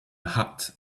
hat